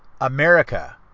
America